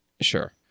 Sure